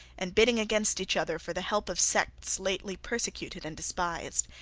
and bidding against each other for the help of sects lately persecuted and despised.